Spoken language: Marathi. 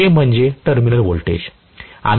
जे म्हणजे टर्मिनल व्होल्टेज